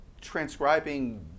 transcribing